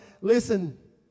listen